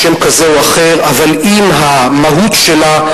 בשם כזה או אחר אבל עם המהות שלה,